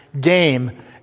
game